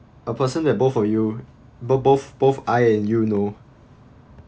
a person that both of you b~ both both I and you know